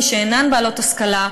מי שאינן בעלות השכלה,